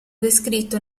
descritto